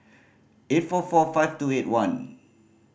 eight four four five two eight one